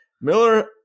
Miller